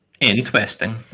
interesting